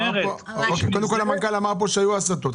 מנכ"ל החברה אמר שהיו הסטות.